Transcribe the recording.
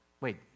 Wait